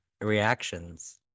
reactions